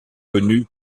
connu